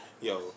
Yo